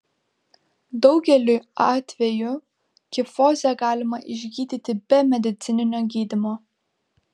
daugeliu atvejų kifozę galima išgydyti be medicininio gydymo